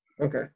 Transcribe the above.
Okay